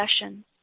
sessions